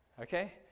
okay